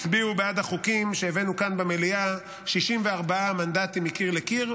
הצביעו בעד החוקים שהבאנו כאן במליאה 64 מנדטים מקיר לקיר,